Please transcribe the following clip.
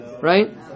right